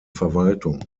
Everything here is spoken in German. verwaltung